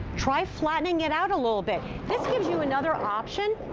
try flattening it out a little bit. this gives you another option.